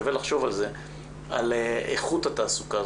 איכות התעסוקה.